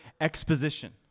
exposition